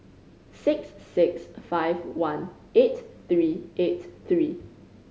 six six five one eight three eight three